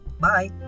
Bye